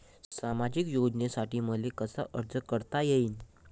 सामाजिक योजनेसाठी मले कसा अर्ज करता येईन?